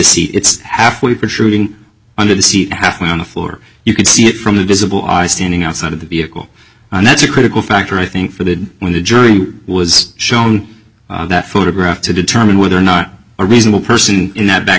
see it's halfway there shooting under the seat halfway on the floor you can see it from the visible eyes standing outside of the vehicle and that's a critical factor i think for the when the jury was shown that photograph to determine whether or not a reasonable person in that back